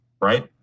right